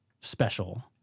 special